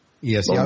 Yes